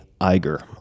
Iger